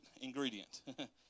ingredient